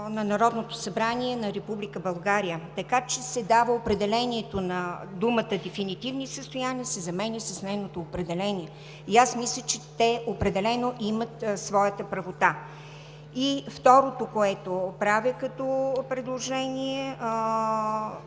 на Народното събрание на Република България, така че се дава определението на думите „дефинитивни състояния“ и се заменя с нейното определение. И аз мисля, че те определено имат своята правота. Второто, което правя като предложение: